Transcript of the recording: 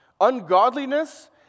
ungodliness